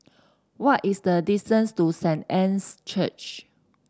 what is the distance to Saint Anne's Church